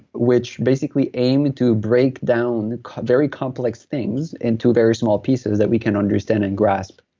which basically aim to break down very complex things into very small pieces that we can understand and grasp,